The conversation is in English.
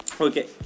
Okay